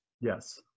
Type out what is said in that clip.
yes